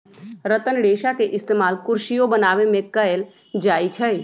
रतन रेशा के इस्तेमाल कुरसियो बनावे में कएल जाई छई